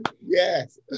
yes